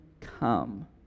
come